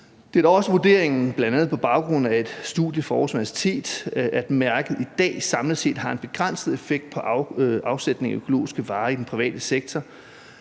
Det er da også vurderingen, bl.a. på baggrund af et studie fra Aarhus Universitet, at mærket i dag samlet set har en begrænset effekt på afsætning af økologiske varer i den private sektor.